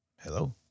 Hello